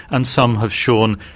and some have shown,